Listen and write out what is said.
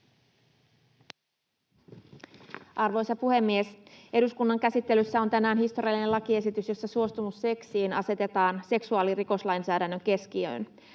Arvoisa puhemies! Eduskunnan käsittelyssä on tänään historiallinen lakiesitys, jossa suostumus seksiin asetetaan seksuaalirikoslainsäädännön keskiöön.